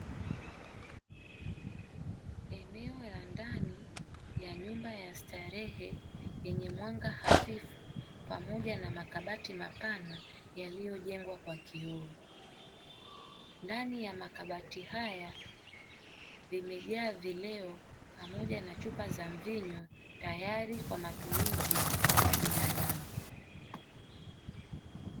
Eneo la ndani ya nyumba ya starehe yenye mwanga hafifu pamoja na makabati mapana yaliyojengwa kwa kioo, ndani ya makabati haya vimejaa vileo pamoja na chupa za mvinyo, tayari kwa matumii ya binadamu.